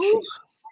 Jesus